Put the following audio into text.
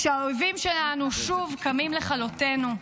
כשהאויבים שלנו שוב קמים לכלותנו,